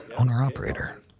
owner-operator